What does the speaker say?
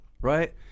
Right